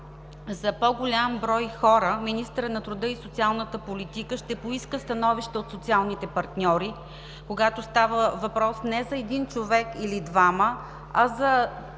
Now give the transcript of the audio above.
за по-голям брой хора, министърът на труда и социалната политика ще поиска становище от социалните партньори, когато става въпрос не за един човек или двама, а за 10